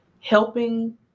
helping